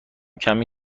کمی